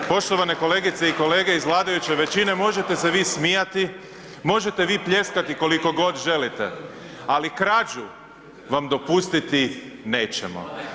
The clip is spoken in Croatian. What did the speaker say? Poštovane kolegice i kolege iz vladajuće većine možete se vi smijati, možete vi pljeskati koliko god želite, ali krađu vam dopustiti nećemo.